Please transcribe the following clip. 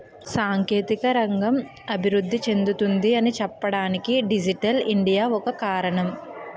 సాంకేతిక రంగం అభివృద్ధి చెందుతుంది అని చెప్పడానికి డిజిటల్ ఇండియా ఒక కారణం